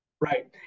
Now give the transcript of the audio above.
Right